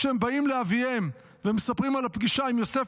כשהם באים לאביהם ומספרים על הפגישה עם יוסף,